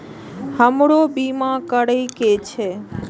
हमरो बीमा करीके छः?